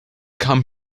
come